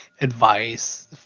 advice